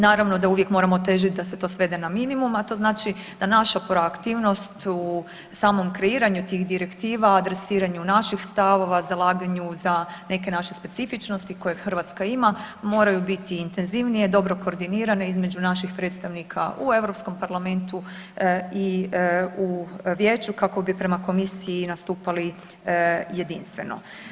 Naravno da uvijek moramo težiti da se to svede na minimum a to znači da naša proaktivnost u samom kreiranju tih direktiva, adresiranju naših stavova, zalaganju za neke naše specifičnosti koje Hrvatska ima, moraju biti intenzivnije, dobro koordinirane između naših predstavnika u Europskom parlamentu i u Vijeću kako bi prema komisiji nastupali jedinstveno.